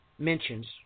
Mentions